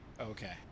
Okay